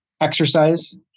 exercise